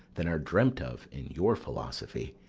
than are dreamt of in your philosophy.